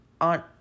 on